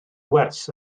wers